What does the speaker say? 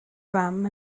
fam